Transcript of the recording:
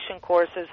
courses